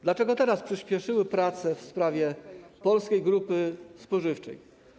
Dlaczego teraz przyspieszyły prace w sprawie Polskiej Grupy Spożywczej?